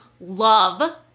love